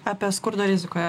apie skurdo rizikoje